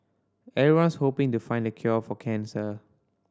everyone's hoping to find the cure for cancer